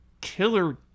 killer